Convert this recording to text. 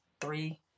three